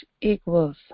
equals